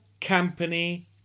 company